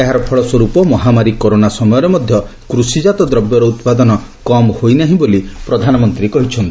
ଏହାର ଫଳସ୍ୱର୍ପ ମହାମାରୀ କରୋନା ସମୟରେ ମଧ୍ଧ କୃଷିଜାତ ଦ୍ରବ୍ୟର ଉପାଦନ କମ୍ ହୋଇନାହିଁ ବୋଲି ପ୍ରଧାନମନ୍ତୀ କହିଛନ୍ତି